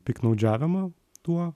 piktnaudžiavimą tuo